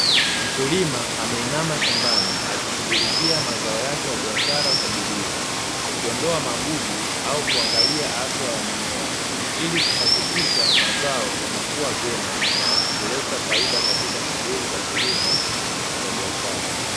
Mkulima ameinama shambani akishughulikia mazao yake ya biashara kwa bidii, akiondoa magugu au kuangalia afya ya mimea, ili kuhakikisha mazao yanakuwa vyema na kuleta faida katika shughuli za kilimo cha biashara